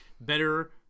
better